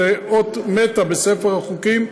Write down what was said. זו אות מתה בספר החוקים,